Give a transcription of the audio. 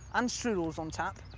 and strudels on tap.